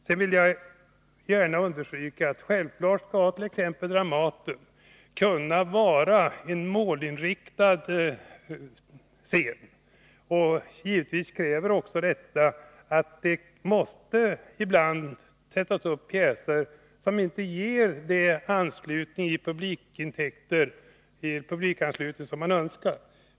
Jag vill också gärna understryka att Dramaten självfallet skall ha en målinriktad scenverksamhet. Givetvis kräver detta att det ibland måste sättas upp pjäser som inte ger den publikanslutning och de biljettintäkter som man önskar.